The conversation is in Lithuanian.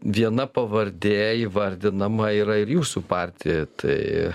viena pavardė įvardinama yra ir jūsų partijoj tai